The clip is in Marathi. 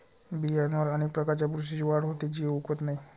बियांवर अनेक प्रकारच्या बुरशीची वाढ होते, जी उगवत नाही